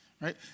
Right